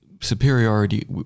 superiority